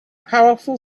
powerful